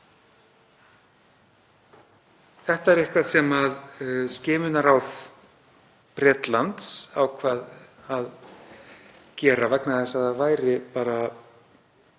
Þetta er eitthvað sem skimunarráð Bretlands ákvað að gera vegna þess að það væri bara